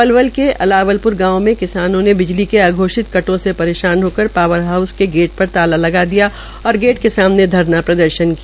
पलवल के अलावल प्र गांव में किसानों ने बिजलीके अघोषित करों से परेशान हो कर पावर हाऊस के गेट पर ताला जड़ दिया और गेट के सामने धरना प्रदर्शन किया